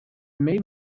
may